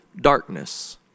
darkness